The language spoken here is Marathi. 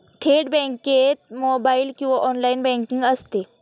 थेट बँकेत मोबाइल किंवा ऑनलाइन बँकिंग असते